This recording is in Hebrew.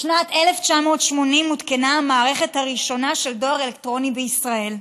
בשנת 1980 הותקנה המערכת הראשונה של דואר אלקטרוני בישראל.